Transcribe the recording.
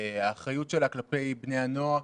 האחריות שלה כלפי בני הנוער,